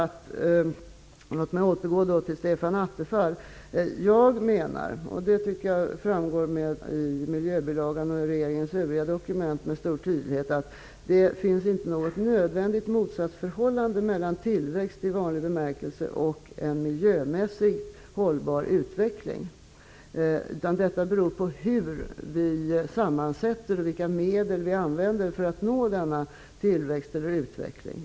Om jag återgår till vad Stefan Attefall sade, vill jag säga att jag menar att det inte finns något nödvändigt motsatsförhållande mellan tillväxt i vanlig bemärkelse och en miljömässigt hållbar utveckling. Det tycker jag framgår med stor tydlighet av miljöbilagan och regeringens övriga dokument. Det beror på vilka medel vi använder och hur vi sätter samman dem för att nå denna tillväxt eller utveckling.